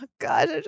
God